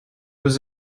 was